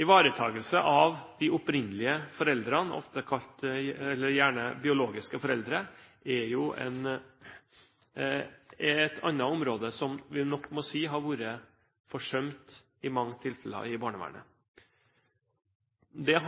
Ivaretakelse av de opprinnelige foreldrene, ofte biologiske foreldre, er et annet område som vi nok må si har vært forsømt i mange tilfeller av barnevernet. Det